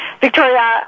Victoria